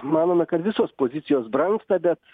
manoma kad visos pozicijos brangsta bet